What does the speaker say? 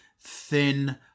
thin